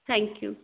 thank you